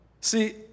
See